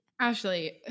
Ashley